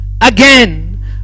again